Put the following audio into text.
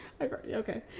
Okay